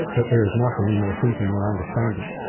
that there is nothing in their thinking or understanding,